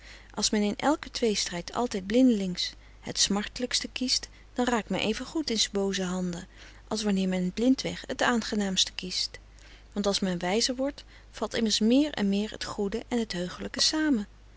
als men in elken tweestrijd altijd blindelings het smartelijkste kiest dan raakt men even goed in s boozen handen als wanneer men blindweg het aangenaamste kiest want als men wijzer wordt valt immers meer en meer het goede en het heuchelijke samen